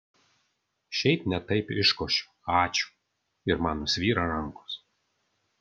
šiaip ne taip iškošiu ačiū ir man nusvyra rankos